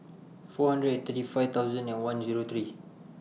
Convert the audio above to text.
four hundred and thirty five thousand and one Zero three